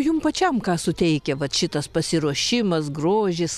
jum pačiam ką suteikia vat šitas pasiruošimas grožis